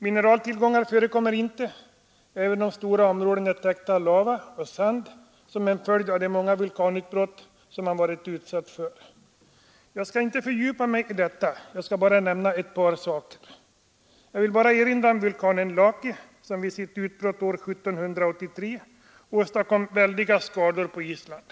Mineraltillgångar förekommer inte, även om stora områden är täckta av lava och sand som en följd av de många vulkanutbrott som man varit utsatt för. Jag skall inte fördjupa mig i detta. Jag vill bara erinra om vulkanen Laki som vid sitt utbrott år 1783 åstadkom väldiga skador på Island.